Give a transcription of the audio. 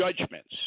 judgments